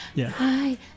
Hi